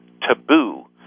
taboo